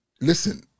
listen